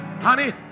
honey